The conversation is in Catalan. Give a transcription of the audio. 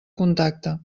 contacte